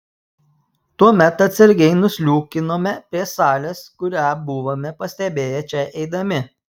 tuomet atsargiai nusliūkinome prie salės kurią buvome pastebėję čia eidami